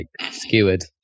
skewered